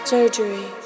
Surgery